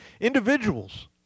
Individuals